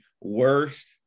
worst